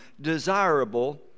desirable